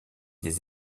des